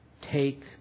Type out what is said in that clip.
take